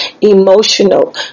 emotional